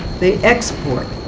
they export.